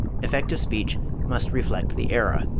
effective speech must reflect the era.